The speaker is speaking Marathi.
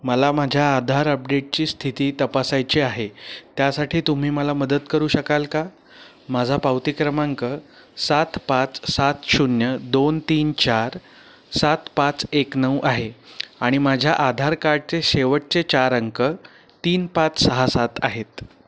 मला माझ्या आधार अपडेटची स्थिती तपासायची आहे त्यासाठी तुम्ही मला मदत करू शकाल का माझा पावती क्रमांक सात पाच सात शून्य दोन तीन चार सात पाच एक नऊ आहे आणि माझ्या आधार काडचे शेवटचे चार अंक तीन पाच सहा सात आहेत